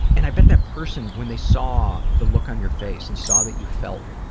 and i bet that person when they saw the look on your face and saw that you felt,